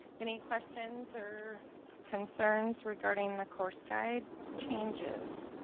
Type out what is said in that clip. any questions or concerns regarding the course guide changes?